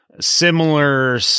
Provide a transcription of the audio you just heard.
similar